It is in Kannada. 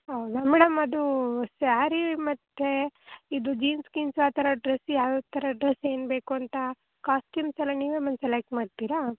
ಹೌದಾ ಮೇಡಮ್ ಅದು ಸ್ಯಾರಿ ಮತ್ತು ಇದು ಜೀನ್ಸ್ ಗೀನ್ಸ್ ಆ ಥರ ಡ್ರೆಸ್ ಯಾವ ಯಾವ ಥರ ಡ್ರೆಸ್ ಏನು ಬೇಕೂಂತ ಕಾಸ್ಟ್ಯೂಮ್ಸ್ ಎಲ್ಲ ನೀವೇ ಬಂದು ಸೆಲೆಕ್ಟ್ ಮಾಡ್ತೀರ